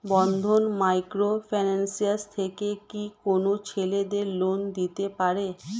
বন্ধন micro finance থেকে কি কোন ছেলেদের লোন দিতে পারে?